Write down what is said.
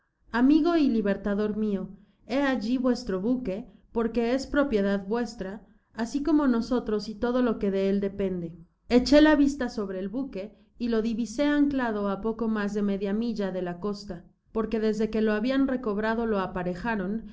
amigo y libertador juio bé alli vuestro baque porque es propiedad vuestra asi como nosotros y todo lo que de él depende echó la vista sobre el buque y lo divisé anclado á poco mas de media milla de la costa porque desde que lo habian recabrado lo aparejaron y